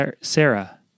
Sarah